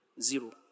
Zero